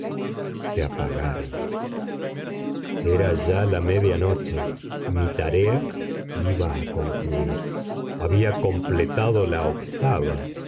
se apagaron era ya la media noche y mi tarea iba a concluir había completado la octava